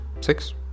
Six